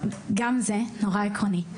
זה נורא עקרוני.